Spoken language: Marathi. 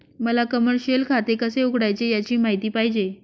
मला कमर्शिअल खाते कसे उघडायचे याची माहिती पाहिजे